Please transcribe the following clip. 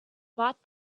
bought